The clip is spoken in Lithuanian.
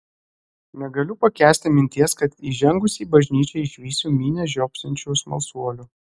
negaliu pakęsti minties kad įžengusi į bažnyčią išvysiu minią žiopsančių smalsuolių